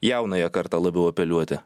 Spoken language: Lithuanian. jaunąją kartą labiau apeliuoti